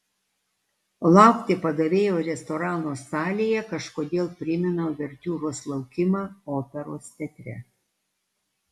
laukti padavėjo restorano salėje kažkodėl primena uvertiūros laukimą operos teatre